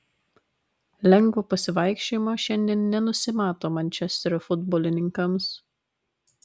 lengvo pasivaikščiojimo šiandien nenusimato mančesterio futbolininkams